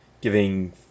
giving